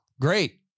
great